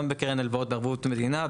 גם בקרן הלוואות בערבות המדינה,